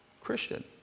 Christian